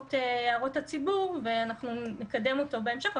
הערות הציבור ואנחנו נקדם אותו בהמשך.